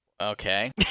Okay